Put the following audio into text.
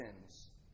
sins